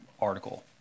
article